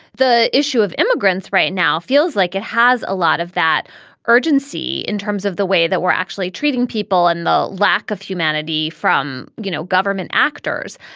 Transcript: the issue of immigrants right now feels like it has a lot of that urgency in terms of the way that we're actually treating people and the lack of humanity from, you know, government actors.